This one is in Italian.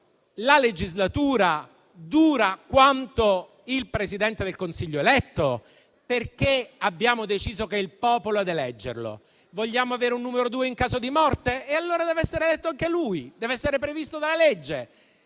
la legislatura dura quanto il Presidente del Consiglio eletto, perché abbiamo deciso che sia il popolo ad eleggerlo. Vogliamo avere un numero due in caso di morte? Allora deve essere eletto anche lui, deve essere previsto dalla legge.